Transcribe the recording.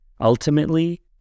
ultimately